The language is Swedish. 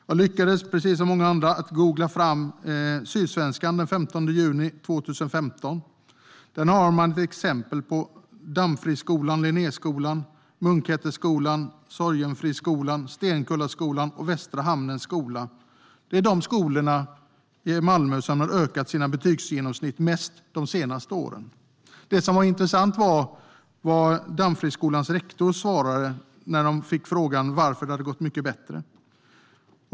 Jag lyckades som många andra googla fram Sydsvenskan från den 15 juni 2015. Där har man exemplen Dammfriskolan, Linnéskolan, Munkhätteskolan, Sorgenfriskolan, Stenkulaskolan och Västra Hamnens skola. De är de skolorna i Malmö som har ökat sitt betygssnitt mest de senare åren. Det som var intressant var vad Dammfriskolans rektor svarade när han fick frågan varför det hade gått mycket bättre.